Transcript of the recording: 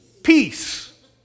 peace